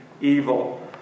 evil